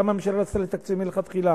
כמה הממשלה רצתה לתקצב מלכתחילה.